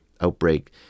outbreak